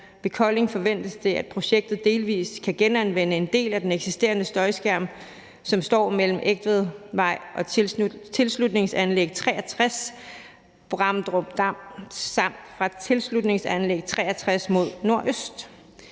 Ved Kolding forventes det, at projekter delvis kan genanvende en del af den eksisterende støjskærm, som står mellem Egtvedvej og tilslutningsanlæg 63, Bramdrupdam, samt fra tilslutningsanlæg 63 mod nordøst.